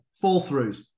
fall-throughs